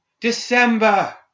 December